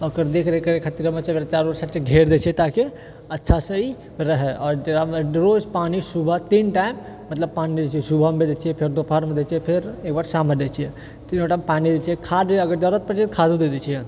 ओकर देखरेख करै खातिर चारू साइडसँ घेर दै छियै ताकि अच्छासँ ई रहऽ आओर रोज पानि सुबह तीन टाइम मतलब पानि दै छियै सुबहमे दै छियै फेर दोपहरमे दए छियै फेर एकबार शाममे दै छियै तीनू टाइम पानी दै छियै खाद्य भी अगर जरुरत पड़ै छै तऽ खाद्यो दए दै छियै